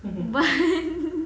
but